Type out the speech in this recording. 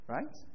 Right